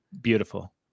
Beautiful